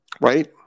right